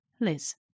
Liz